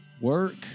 Work